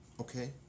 Okay